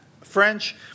French